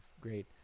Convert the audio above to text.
Great